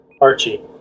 Archie